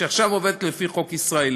שעכשיו עובדת לפי חוק ישראלי.